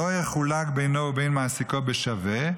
לא יחולק בינו ובין מעסיקו בשווה,